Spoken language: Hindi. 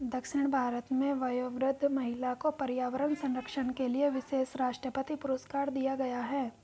दक्षिण भारत में वयोवृद्ध महिला को पर्यावरण संरक्षण के लिए विशेष राष्ट्रपति पुरस्कार दिया गया है